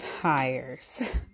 tires